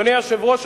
אדוני היושב-ראש,